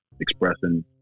expressing